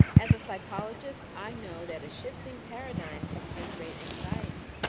as a psychologist, i know that a shifting paradigm can generate anxiety,